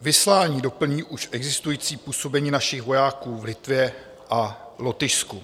Vyslání doplní už existující působení našich vojáků v Litvě a Lotyšsku.